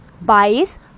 bias